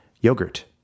yogurt